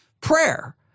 prayer